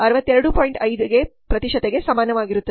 5 ಗೆ ಸಮಾನವಾಗಿರುತ್ತದೆ